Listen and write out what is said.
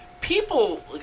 people